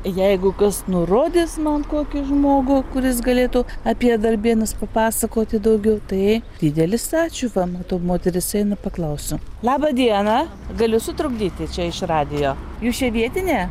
jeigu kas nurodys man kokį žmogų kuris galėtų apie darbėnus papasakoti daugiau tai didelis ačiū va matau moteris einu paklausiu laba diena galiu sutrukdyti čia iš radijo jūs čia vietinė